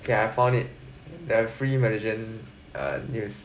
okay I found it they are free malaysian err news